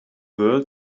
world